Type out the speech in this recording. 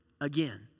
again